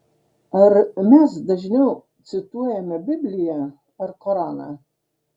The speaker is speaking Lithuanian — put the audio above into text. ar mes dažniau cituojame bibliją ar koraną